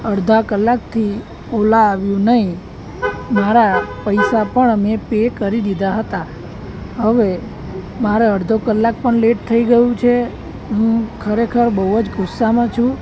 અડધા કલાકથી ઓલા આવ્યું નહીં મારા પૈસા પણ મેં પે કરી દીધા હતા હવે મારે અડધો કલાક પણ લેટ થઈ ગયું છે હું ખરેખર બહુ જ ગુસ્સામાં છું